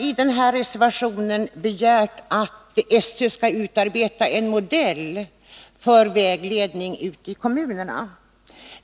I reservation 2 begärs också att SÖ skall utarbeta en modell för vägledningen ute i kommunerna.